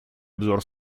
обзор